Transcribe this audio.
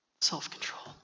Self-control